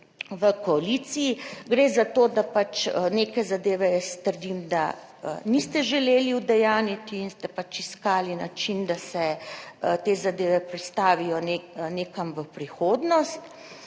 v koaliciji. Gre za to, da neke zadeve, jaz trdim, da niste želeli udejanjiti in ste pač iskali način, da se te zadeve prestavijo nekam v prihodnost,